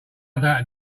about